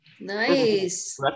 nice